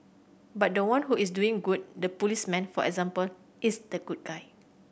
but the one who is doing good the policeman for example is the good guy